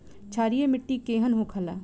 क्षारीय मिट्टी केहन होखेला?